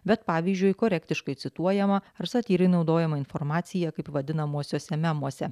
bet pavyzdžiui korektiškai cituojama ar satyrai naudojama informacija kaip vadinamosiuose memuose